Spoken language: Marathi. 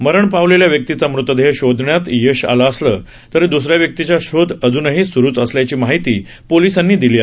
मरण पावलेल्या व्यक्तीचा मृतदेह शोधण्यात यश आलं तर द्सऱ्या व्यक्तीचा शोध अजूनही स्रु असल्याची माहिती पोलीसांनी दिली आहे